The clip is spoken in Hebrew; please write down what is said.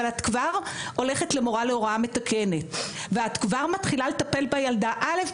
אבל את כבר הולכת למורה להוראה מתקנת ואת כבר מתחילה לטפל בילדה א',